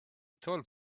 told